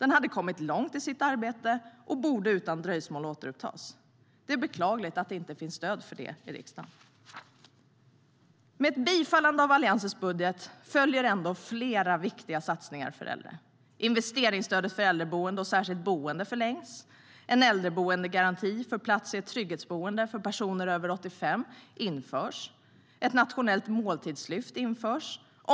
Den hade kommit långt i sitt arbete och borde utan dröjsmål återupptas. Det är beklagligt att det inte finns stöd för det i riksdagen. Med ett bifallande av Alliansens budget följer ändå flera viktiga satsningar för äldre. Investeringsstödet för äldreboende och särskilt boende förlängs, en äldreboendegaranti för plats i ett trygghetsboende för personer över 85 år införs. Ett nationellt måltidslyft införs.